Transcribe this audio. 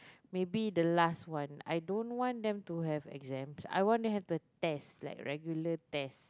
maybe the last one I don't want them to have exams I want them to have the tests like regular tests